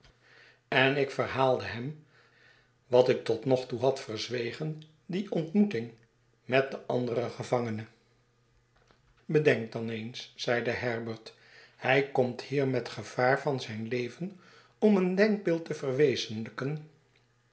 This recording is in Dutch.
en ik verhaalde hem wat ik tot nog toe had verzwegen die ontmoeting met den anderen gevangene bedenk dan eens zeide herbert hij komt hier met gevaar van zijn leven om een denkbeeld te verwezenlijken